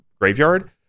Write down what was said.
graveyard